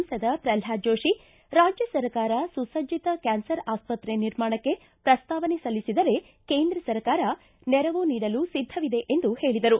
ಸಂಸದ ಪ್ರಹ್ಲಾದ್ ಜೋಶಿ ರಾಜ್ಯ ಸರ್ಕಾರ ಸುಸಜ್ಜಿತ ಕ್ಯಾನ್ಸರ್ ಆಸ್ಷತ್ರೆ ನಿರ್ಮಾಣಕ್ಕೆ ಪ್ರಸ್ತಾವನೆ ಸಲ್ಲಿಸಿದರೆ ಸರ್ಕಾರ ನೆರವು ನೀಡಲು ಒದ್ದವಿದೆ ಎಂದು ಹೇಳಿದರು